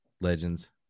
Legends